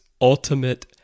ultimate